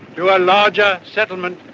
to a larger settlement